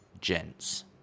gents